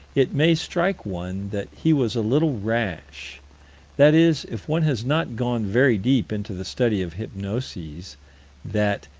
it may strike one that he was a little rash that is if one has not gone very deep into the study of hypnoses that,